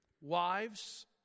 wives